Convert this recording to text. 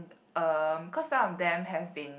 um cause some of them have been